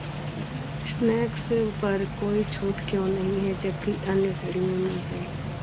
snacks पर कोई छूट क्यों नहीं है जबकि अन्य श्रेणियों में है